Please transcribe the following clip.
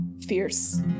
fierce